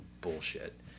bullshit